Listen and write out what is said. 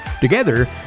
Together